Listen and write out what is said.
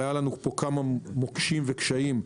היו לנו פה כמה מוקשים וקשיים,